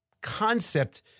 concept